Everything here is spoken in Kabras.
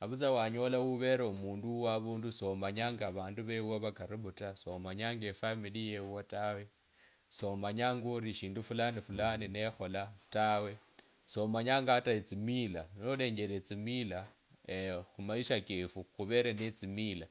navutsa wanyola uvele omundu wuavundu somanyanga avandu veuwo va karibu taa somanyanga efamili yeuwo tawe, somanyanga ori shindu fulani fulani nekhola tawe somanyanga hata etsimila nolengele etsimila khumaisha kefu khuvele nee tsimila.